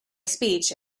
speech